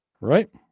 right